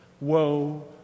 Woe